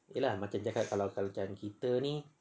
okay lah macam cakap macam macam kita ni